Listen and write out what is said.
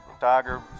tiger